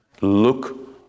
Look